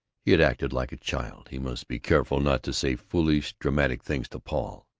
he had acted like a child. he must be careful not to say foolish dramatic things to paul.